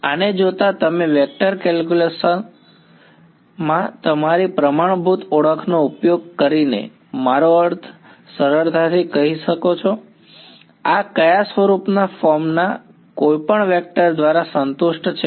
આને જોતા તમે વેક્ટર કેલ્ક્યુલસ માં તમારી પ્રમાણભૂત ઓળખનો ઉપયોગ કરીને મારો અર્થ સરળતાથી કરી શકો છો આ કયા સ્વરૂપના ફોર્મ ના કોઈપણ વેક્ટર દ્વારા સંતુષ્ટ છે